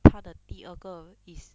他的第二个 is